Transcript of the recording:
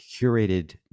curated